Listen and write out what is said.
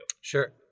Sure